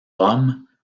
rome